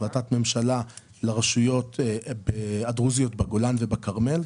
החלטת ממשלה לרשויות הדרוזיות בגולן ובכרמל,